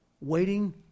waiting